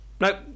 Nope